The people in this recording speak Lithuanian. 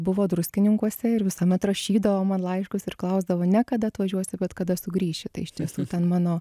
buvo druskininkuose ir visuomet rašydavo man laiškus ir klausdavo ne kada atvažiuosi bet kada sugrįši tai iš tiesų ten mano